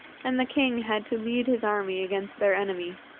and the king had to lead his army against their enemy.